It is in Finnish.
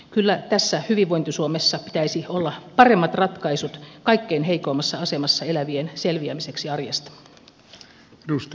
kyllä tässä hyvinvointi suomessa pitäisi olla paremmat ratkaisut kaikkein heikoimmassa asemassa elävien selviämiseksi arjesta